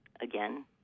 Again